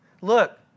look